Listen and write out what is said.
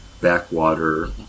backwater